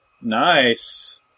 Nice